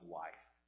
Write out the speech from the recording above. life